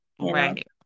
Right